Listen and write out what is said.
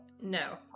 no